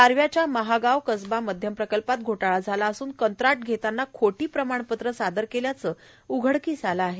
दारव्ह्याच्या महागाव कसवा मध्यम प्रकल्पात घोटाळा झाला असून कंत्राट घेतांना खोटी प्रमाणपत्रं सादर केल्याचं उघडकीस आलं आहे